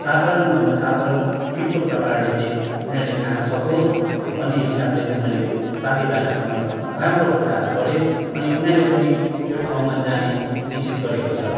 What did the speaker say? साधारणभन्दा साधारण मिठो प्रकारले चाहिँ उनीहरूले खान सकोस् भन्ने हिसाबले चाहिँ मैले साथीभाइहरूसँग राम्रो कुराहरू गरेँ अनि उनीहरूले पनि त्यो ठाउँमा जाने निश्चित गरेको छ